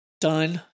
Done